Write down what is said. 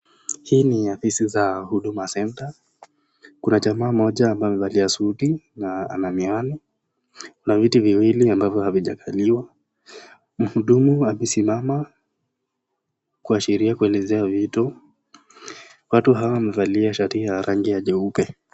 Hii ni afisi za huduma center . Kuna jamaa mmoja ambaye amevalia suti na ana miwani na viti viwili ambavyo havijakaliwa. Mhudumu amesimama kuashiria kuelezea vitu. Watu hawa wamevalia shati ya rangi jeupe.